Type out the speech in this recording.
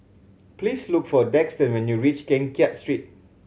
please look for Daxton when you reach Keng Kiat Street